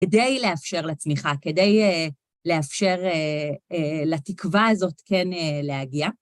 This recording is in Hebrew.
כדי לאפשר לצמיחה, כדי לאפשר לתקווה הזאת כן להגיע.